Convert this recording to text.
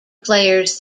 players